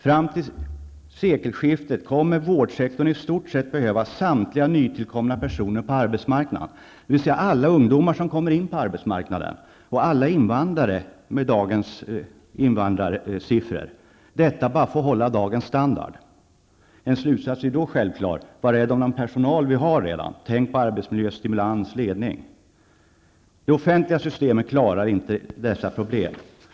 Fram till sekelskiftet kommer vårdsektorn i stort att behöva samtliga nytillkommande personer på arbetsmarknaden, dvs. alla ungdomar som kommer in på arbetsmarknaden och alla invandrare, med dagens invandringstal. Detta behövs enbart för att hålla dagens standard. En slutsats är då självklar: Var rädd om den personal vi redan har. Tänk på arbetsmiljö, stimulans och ledning. Det offentliga systemet klarar inte dessa problem.